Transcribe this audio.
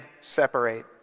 separate